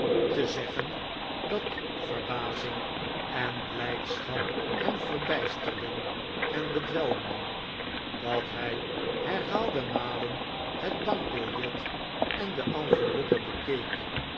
te zeggen dat verbazing en blijdschap hem verbijsterden en bedwelmden dat hij herhaalde malen het bankbiljet en de enveloppe bekeek